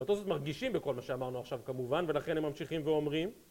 בתוספות מרגישים בכל מה שאמרנו עכשיו כמובן, ולכן הם ממשיכים ואומרים